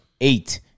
eight